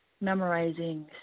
memorizing